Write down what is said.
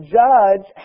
judge